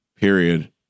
period